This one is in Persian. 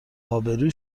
ابرو